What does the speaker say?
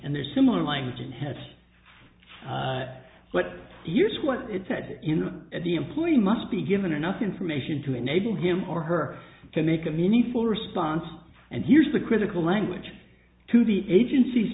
and there's similar language it has but here's what it said in the at the employee must be given enough information to enable him or her to make a meaningful response and here's the critical language to the agenc